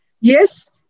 Yes